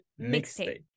Mixtape